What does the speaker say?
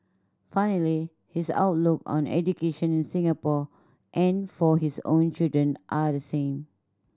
funnily his outlook on education in Singapore and for his own children are the same